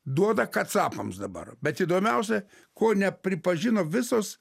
duoda kacapams dabar bet įdomiausia ko nepripažino visos